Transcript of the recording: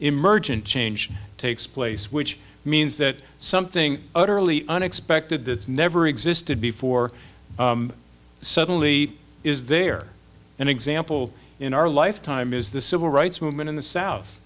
emergent change takes place which means that something utterly unexpected that never existed before suddenly is there an example in our lifetime is the civil rights movement in the south